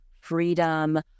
freedom